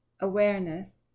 awareness